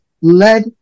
lead